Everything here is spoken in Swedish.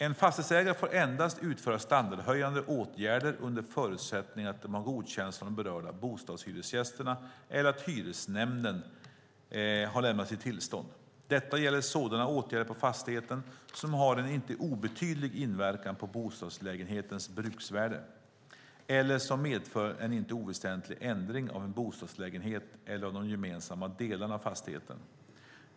En fastighetsägare får endast utföra standardhöjande åtgärder under förutsättning att de har godkänts av de berörda bostadshyresgästerna eller att hyresnämnden har lämnat sitt tillstånd. Detta gäller sådana åtgärder på fastigheten som har en inte obetydlig inverkan på en bostadslägenhets bruksvärde eller som medför en inte oväsentlig ändring av en bostadslägenhet eller av de gemensamma delarna av fastigheten.